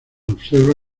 observa